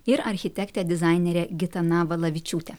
ir architektė dizainerė gitana valavičiūtė